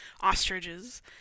ostriches